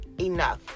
enough